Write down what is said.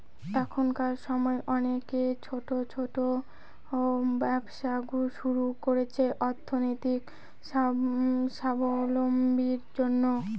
এখনকার সময় অনেকে ছোট ছোট ব্যবসা শুরু করছে অর্থনৈতিক সাবলম্বীর জন্য